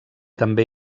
també